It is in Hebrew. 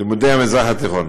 לימודי המזרח התיכון.